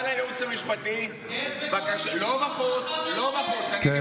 לא, לא.